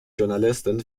journalistin